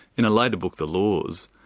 in a later book, the laws,